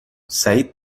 سعید